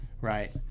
right